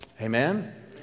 Amen